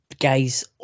guys